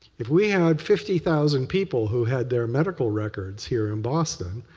if we had fifty thousand people who had their medical records here in boston,